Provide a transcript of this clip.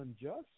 unjust